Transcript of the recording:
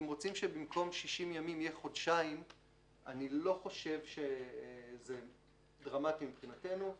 רוצים שבמקום 60 ימים יהיה חודשיים אני חושב שזה לא דרמטי מבחינתנו.